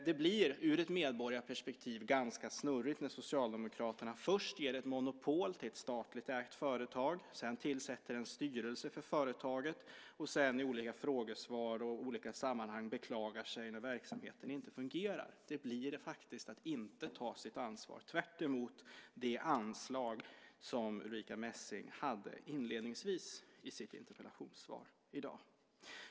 Det blir ur ett medborgarperspektiv ganska snurrigt när Socialdemokraterna först ger ett monopol till ett statligt ägt företag, sedan tillsätter en styrelse för företaget, och sedan i olika frågesvar och andra sammanhang beklagar sig när verksamheten inte fungerar. Det blir faktiskt att inte ta sitt ansvar, tvärtemot det anslag som Ulrica Messing hade inledningsvis i sitt interpellationssvar i dag.